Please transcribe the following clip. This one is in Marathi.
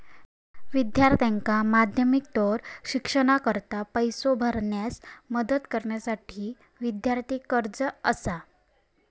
विद्यार्थ्यांका माध्यमिकोत्तर शिक्षणाकरता पैसो भरण्यास मदत करण्यासाठी विद्यार्थी कर्जा असा